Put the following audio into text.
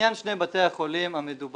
לעניין שני בתי החולים המדוברים,